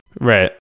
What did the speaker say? Right